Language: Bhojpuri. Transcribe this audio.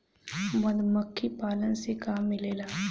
मधुमखी पालन से का मिलेला?